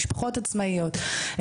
משפחות עצמאיות,